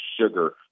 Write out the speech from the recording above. sugar